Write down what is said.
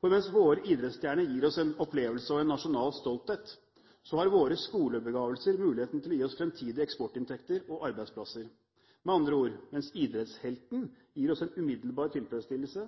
for mens våre idrettsstjerner gir oss en opplevelse og nasjonal stolthet, har våre skolebegavelser muligheten til å gi oss fremtidige eksportinntekter og arbeidsplasser. Med andre ord: Mens idrettshelten gir oss en umiddelbar tilfredsstillelse,